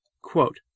Quote